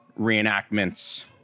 reenactments